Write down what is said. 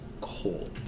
cold